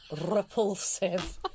repulsive